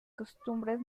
costumbres